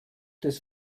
des